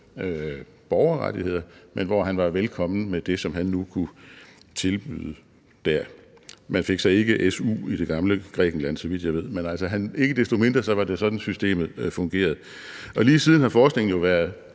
borgerrettigheder, men hvor han var velkommen med det, som han nu kunne tilbyde der. Man fik så ikke su i det gamle Grækenland, så vidt jeg ved. Men ikke desto mindre var det sådan, systemet fungerede. Og lige siden har forskningen jo været